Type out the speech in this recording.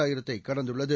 ஆயிரத்தை கடந்துள்ளது